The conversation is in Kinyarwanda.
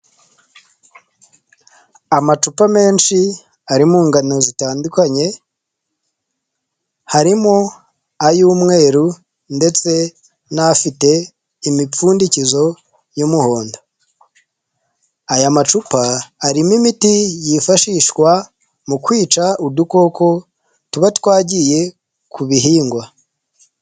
Amacupa menshi arimo ngano zitandukanye; harimo ay'umweru ndetse n'abafite imipfundikizo y'umuhondo. Aya macupa arimo imiti yifashishwa mu kwica udukoko tuba twagiye ku bihingwa.